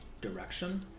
direction